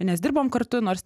nes dirbom kartu nors